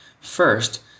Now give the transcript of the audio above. First